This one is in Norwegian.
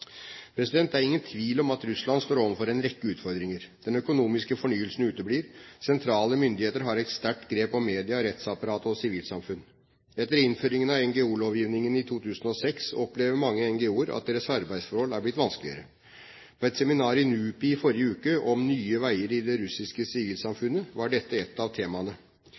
Det er ingen tvil om at Russland står overfor en rekke utfordringer: Den økonomiske fornyelsen uteblir. Sentrale myndigheter har et sterkt grep om media, rettsapparatet og sivilsamfunn. Etter innføringen av NGO-lovgivningen i 2006, opplever mange NGO-er at deres arbeidsforhold er blitt vanskeligere. På et seminar i NUPI i forrige uke om «nye veier for det russiske sivilsamfunnet» var dette ett av temaene.